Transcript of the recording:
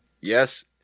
yes